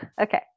Okay